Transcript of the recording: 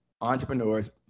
entrepreneurs